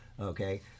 Okay